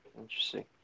Interesting